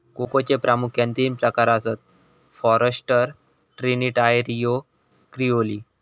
कोकोचे प्रामुख्यान तीन प्रकार आसत, फॉरस्टर, ट्रिनिटारियो, क्रिओलो